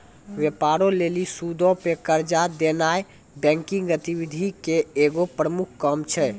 व्यापारो लेली सूदो पे कर्जा देनाय बैंकिंग गतिविधि के एगो प्रमुख काम छै